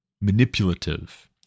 manipulative